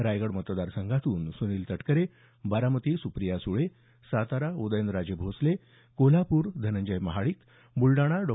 रायगड मतदार संघातून सुनील तटकरे बारामती सुप्रिया सुळे सातारा उदयनराजे भोसले कोल्हापूर धनंजय महाडीक ब्लडाणा डॉ